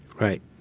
Right